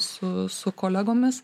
su su kolegomis